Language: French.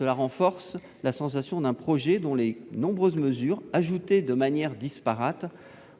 impression de discuter d'un projet dont les nombreux éléments ajoutés de manière disparate